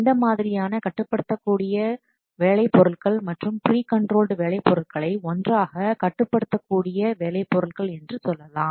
இந்த மாதிரியான கட்டுப்படுத்தக்கூடிய வேலை பொருட்கள் மற்றும் பிரீ கண்ட்ரோல்டு வேலை பொருட்களை ஒன்றாக கட்டுப்படுத்தக்கூடிய வேலை பொருட்கள் என்று சொல்லலாம்